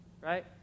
Right